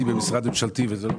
אומרים.